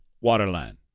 waterline